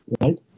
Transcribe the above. right